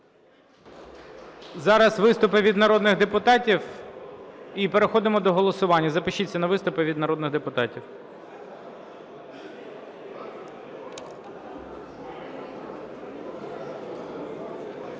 Зараз виступи від народних депутатів. І переходимо до голосування. Запишіться на виступи від народних депутатів.